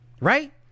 right